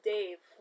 Dave